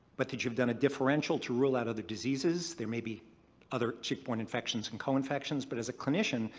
but that you've done a differential to rule out other diseases. there may be other tick-borne infections and co-infections, but as clinician,